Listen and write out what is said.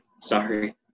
sorry